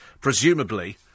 presumably